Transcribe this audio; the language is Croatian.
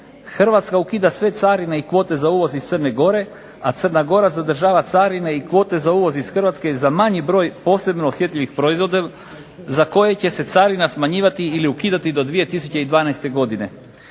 Hrvatske ukida sve carine i kvote za uvoz i Crne Gore, a Crna Gora zadržava carine i kvote za uvoz iz Hrvatske za manji broj posebno osjetljivih proizvoda za koje će se carina smanjivati ili ukidati do 2012. godine